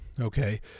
Okay